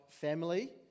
family